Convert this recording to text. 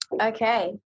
Okay